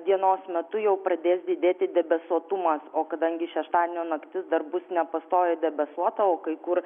dienos metu jau pradės didėti debesuotumas o kadangi šeštadienio naktis dar bus nepastoviai debesuota o kai kur